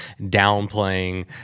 downplaying